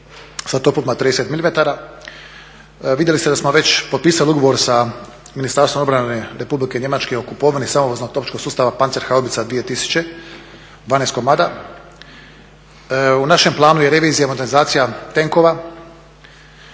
sa topom od 30 mm. Vidjeli ste da smo već potpisali ugovor sa Ministarstvom obrane Republike Njemačke o kupovini samovoznog topničkog sustava Panzerhaubitze 2000, 12 komada. U našem planu je revizija i modernizacija tenkova,